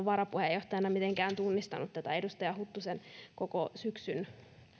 varapuheenjohtajana mitenkään tunnistanut tätä edustaja huttusen koko syksyn